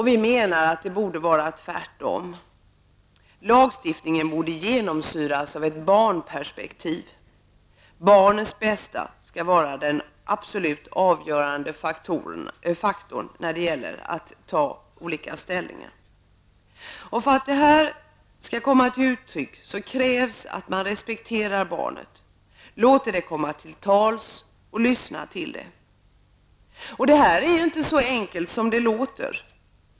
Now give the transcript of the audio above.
Vi menar att det borde vara tvärtom: lagstiftningen borde genomsyras av ett barnperspektiv. Barnens bästa skall vara den absolut avgörande faktorn när det gäller att göra olika ställningstaganden. För att det här skall kunna komma till uttryck krävs det att man respekterar barnet, att man låter barnet komma till tals och att man lyssnar till barnet. Och det här är inte så enkelt som det låter.